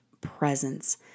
presence